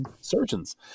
surgeons